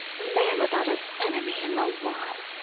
a man without an enemy in the world.